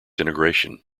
integration